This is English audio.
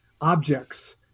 objects